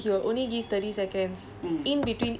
then uh~ நான்:u~ naan like I was like